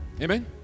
Amen